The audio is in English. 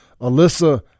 Alyssa